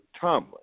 Tomlin